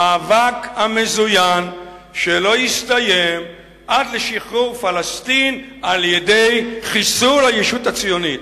המאבק המזוין שלא יסתיים עד לשחרור פלסטין על-ידי חיסול הישות הציונית.